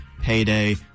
payday